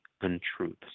untruths